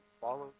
follow